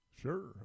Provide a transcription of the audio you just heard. Sure